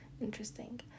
Interesting